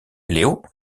leo